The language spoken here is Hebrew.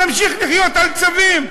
נמשיך לחיות על צווים.